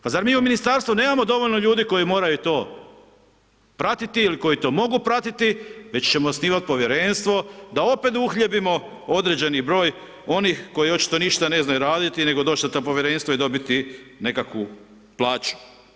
Pa zar mi u Ministarstvu nemamo dovoljno ljudi koji moraju to pratiti ili koji to mogu pratiti, već ćemo osnivati Povjerenstvo da opet uhljebimo određeni broj onih koji očito ništa ne znaju raditi, nego doći na ta Povjerenstva i dobiti nekakvu plaću.